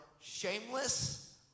shameless